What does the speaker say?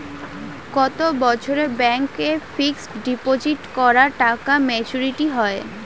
কত বছরে ব্যাংক এ ফিক্সড ডিপোজিট করা টাকা মেচুউরিটি হয়?